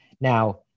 Now